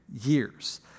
years